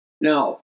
Now